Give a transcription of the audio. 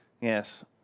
Yes